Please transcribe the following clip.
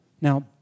Now